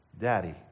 Daddy